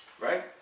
Right